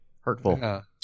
hurtful